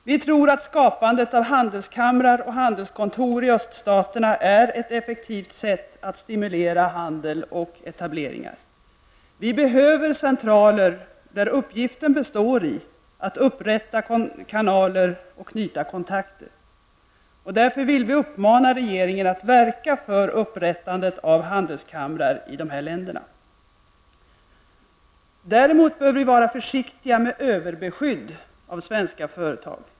Vi tror att skapandet av handelskamrar och handelskontor i öststaterna är ett effektivt sätt att stimulera handel och etableringar. Vi behöver centraler där uppgiften består i att upprätta kanaler och knyta kontakter. Därför vill vi uppmana regeringen att verka för upprättandet av handelskamrar i dessa länder. Däremot bör vi vara försiktiga med överbeskydd av svenska företag.